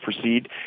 proceed